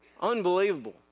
Unbelievable